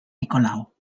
nicolau